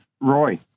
Roy